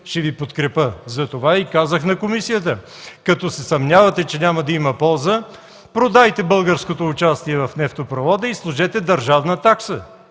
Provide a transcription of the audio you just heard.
ще Ви подкрепя, затова и казах на комисията – като се съмнявате, че няма да има полза, продайте българското участие в нефтопровода и сложете държавна такса,